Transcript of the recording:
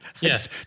Yes